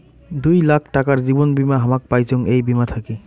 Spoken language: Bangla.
দুই লাখ টাকার জীবন বীমা হামাক পাইচুঙ এই বীমা থাকি